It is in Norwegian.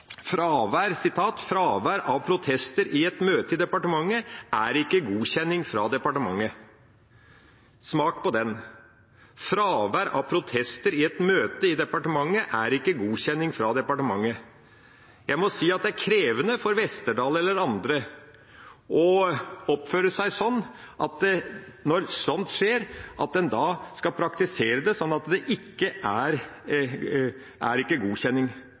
fravær av protester i et møte i departementet er ikke godkjenning fra departementet. – Smak på det: Fravær av protester i et møte i departementet er ikke godkjenning fra departementet. Jeg må si at det er krevende for Westerdals eller andre å oppføre seg slik når slikt skjer – at en da skal praktisere det slik at det ikke er godkjenning. Det er